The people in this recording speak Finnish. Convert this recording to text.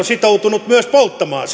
sitoutunut myös polttamaan